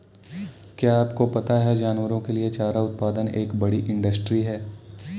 क्या आपको पता है जानवरों के लिए चारा उत्पादन एक बड़ी इंडस्ट्री है?